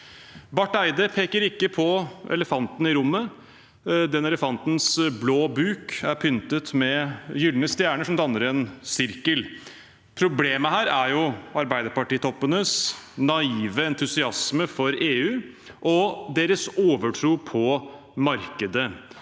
Barth Eide peker ikke på elefanten i rommet, og den elefantens blå buk er pyntet med gylne stjerner som danner en sirkel. Problemet her er jo Arbeiderparti-toppenes naive entusiasme for EU og deres overtro på markedet.